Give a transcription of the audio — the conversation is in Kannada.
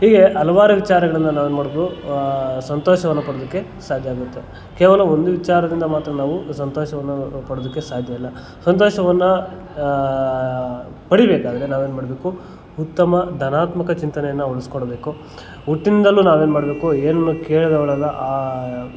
ಹೀಗೆ ಹಲವಾರು ವಿಚಾರಗಳನ್ನು ನಾವೇನು ಮಾಡ್ಬೋದು ಸಂತೋಷವನ್ನು ಪಡೋದಕ್ಕೆ ಸಾಧ್ಯ ಆಗುತ್ತೆ ಕೇವಲ ಒಂದು ವಿಚಾರದಿಂದ ಮಾತ್ರ ನಾವು ಸಂತೋಷವನ್ನು ಪಡೋದಕ್ಕೆ ಸಾಧ್ಯ ಇಲ್ಲ ಸಂತೋಷವನ್ನು ಪಡೀಬೇಕಾದ್ರೆ ನಾವೇನು ಮಾಡಬೇಕು ಉತ್ತಮ ಧನಾತ್ಮಕ ಚಿಂತನೆಯನ್ನು ಉಳಿಸ್ಕೊಡಬೇಕು ಹುಟ್ಟಿನಿಂದಲೂ ನಾವೇನು ಮಾಡಬೇಕು ಏನನ್ನೂ ಕೇಳಿದವನಲ್ಲ ಆ